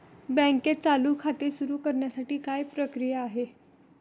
बँकेत चालू खाते सुरु करण्यासाठी काय प्रक्रिया आहे?